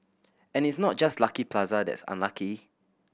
and it's not just Lucky Plaza that's unlucky